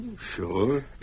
sure